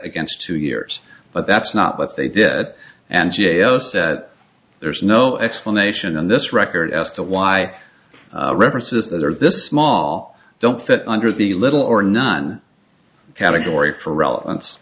against two years but that's not what they did and g a o said there's no explanation and this record as to why references that are this small don't fit under the little or none category for relevance